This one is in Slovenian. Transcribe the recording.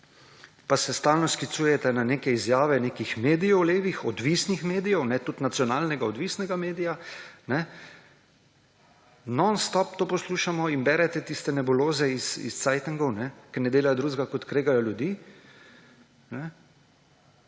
Pa se stalno sklicujete na izjave nekih levih medijev, odvisnih medijev, tudi nacionalnega odvisnega medija, nonstop to poslušamo in berete tiste nebuloze iz časopisov, ki ne delajo drugega, kot kregajo ljudi.